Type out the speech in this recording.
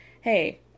Hey